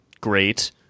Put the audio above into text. great